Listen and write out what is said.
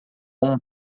como